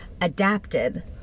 adapted